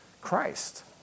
Christ